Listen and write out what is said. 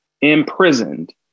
imprisoned